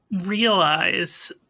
realize